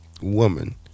woman